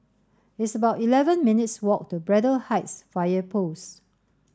it's about eleven minutes' walk to Braddell Heights Fire Post